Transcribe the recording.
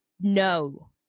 no